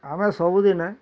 ଆମେ ସବୁଦିନେ